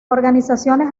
organizaciones